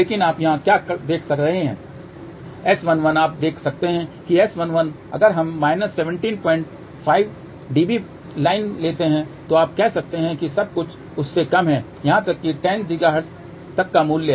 लेकिन आप यहाँ क्या देख रहे हैं S11 आप देख सकते हैं कि S11 अगर हम 175 dB लाइन लेते हैं तो आप कह सकते हैं कि सब कुछ उससे कम है यहां तक कि 10 गीगाहर्ट्ज तक का मूल्य